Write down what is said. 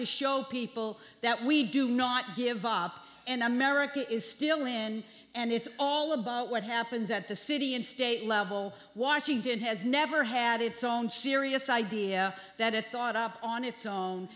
to show people that we do not give up and america is still in and it's all about what happens at the city and state level watching did has never had its own serious idea that it caught up on it